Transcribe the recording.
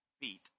feet